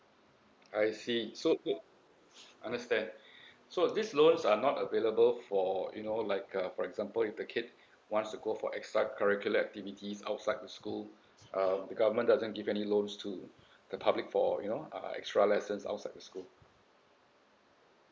I see so uh understand so these loans are not available for you know like uh for example if the kid wants to go for extra curricular activities outside the school uh the government doesn't give any loans to the public for you know uh extra lessons outside the school